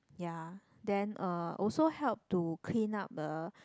ya then uh also help to clean up uh